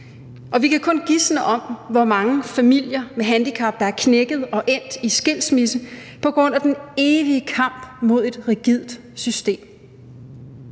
Og vi kan kun gisne om, hvor mange familier med en handicappet der er knækket og endt i skilsmisse på grund af den evige kamp mod et rigidt system.